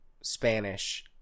Spanish